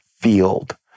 field